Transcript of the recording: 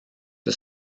for